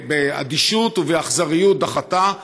באדישות ובאכזריות דחתה.